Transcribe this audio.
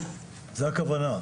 זו הכוונה.